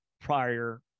prior